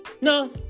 no